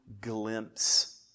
glimpse